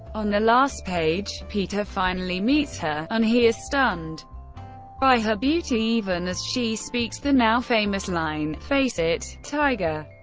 on the last page, peter finally meets her, and he is stunned by her beauty even as she speaks the now-famous line face it, tiger.